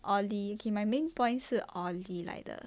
ollie okay my main point 是 ollie 来的